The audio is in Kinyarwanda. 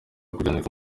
kubyandika